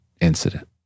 incident